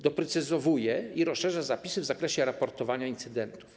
Doprecyzowuje i rozszerza zapisy w zakresie raportowania incydentów.